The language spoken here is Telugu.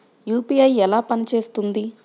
యూ.పీ.ఐ ఎలా పనిచేస్తుంది?